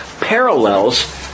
parallels